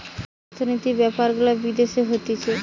যেই সব অর্থনৈতিক বেপার গুলা বিদেশে হতিছে